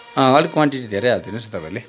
अलिक क्वान्टिटी धेरै हालिदिनुहोस् न तपाईँले